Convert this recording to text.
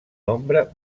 nombre